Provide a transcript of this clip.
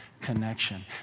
connection